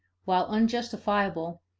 while unjustifiable,